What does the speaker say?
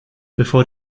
bevor